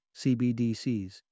CBDCs